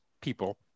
people